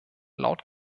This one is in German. laut